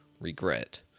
regret